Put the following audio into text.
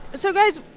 so, guys,